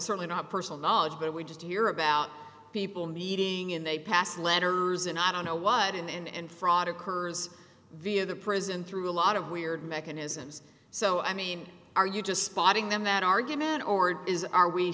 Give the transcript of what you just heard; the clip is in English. certainly not personal knowledge but we just hear about people meeting and they pass letters and i don't know why but in the end fraud occurs via the prison through a lot of weird mechanisms so i mean are you just spotting them that argument is are we